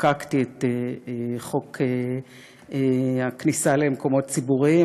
חוקקתי את החוק לגבי הכניסה למקומות ציבוריים,